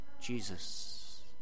Jesus